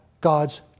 God's